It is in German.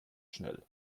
schnell